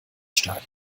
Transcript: stadion